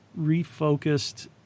refocused